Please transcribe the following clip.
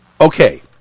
Okay